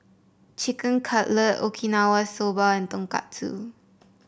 Chicken Cutlet Okinawa Soba and Tonkatsu